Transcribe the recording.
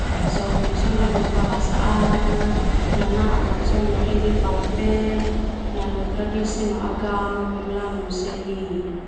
Lanu bahasa Arab na nanaan sona falavel lanu tradisi no agama boema lanu seni.